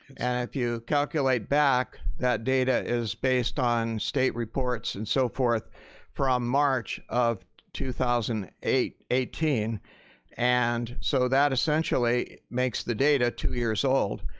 and if you calculate back that data is based on state reports and so forth from march of two thousand and eighteen and so that essentially makes the data two years old.